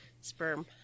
Sperm